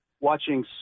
watching